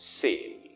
sale